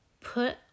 Put